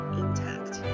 intact